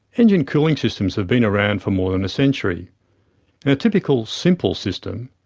engine cooling systems have been around for more than a century. in a typical simple system,